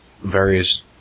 various